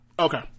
Okay